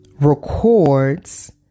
records